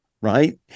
right